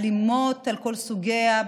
האלימות על כל סוגיה,